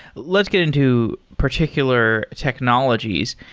let's get into particular technologies.